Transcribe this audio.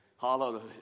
hallelujah